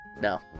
No